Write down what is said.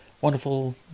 wonderful